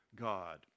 God